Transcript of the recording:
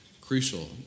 crucial